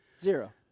Zero